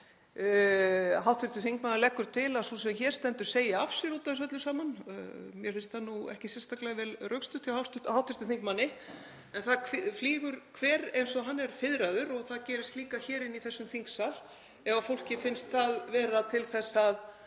Hv. þingmaður leggur til að sú sem hér stendur segi af sér út af þessu öllu saman og mér finnst það nú ekki sérstaklega vel rökstutt hjá hv. þingmanni. En það flýgur hver eins og hann er fiðraður og það gerist líka hér í þessum þingsal, ef fólki finnst það vera til þess að